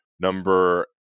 Number